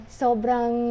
sobrang